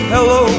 Hello